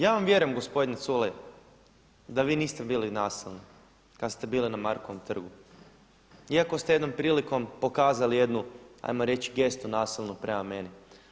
Ja vam vjerujem gospodine Culej da vi niste bili nasilnik kada ste bili na Markovom trgu iako ste jednom prilikom pokazali jednu hajmo reći gestu nasilnu prema meni.